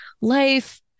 life